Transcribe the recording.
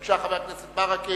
בבקשה, חבר הכנסת ברכה.